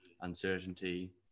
uncertainty